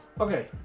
Okay